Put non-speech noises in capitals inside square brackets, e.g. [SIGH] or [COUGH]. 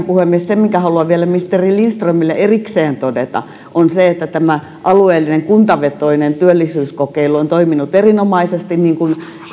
[UNINTELLIGIBLE] puhemies minkä haluan vielä ministeri lindströmille erikseen todeta on se että tämä alueellinen kuntavetoinen työllisyyskokeilu on toiminut erinomaisesti niin kuin